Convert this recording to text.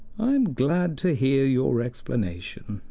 i am glad to hear your explanation,